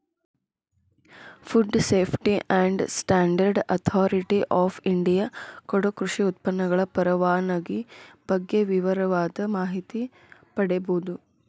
food safety and standard authority of India ಕೊಡೊ ಕೃಷಿ ಉತ್ಪನ್ನಗಳ ಪರವಾನಗಿ ಬಗ್ಗೆ ವಿವರವಾದ ಮಾಹಿತಿ ಪಡೇಬೋದು